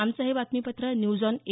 आमचं हे बातमीपत्र न्यूज ऑन ए